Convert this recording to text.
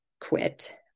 quit